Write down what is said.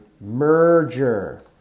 merger